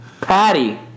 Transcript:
Patty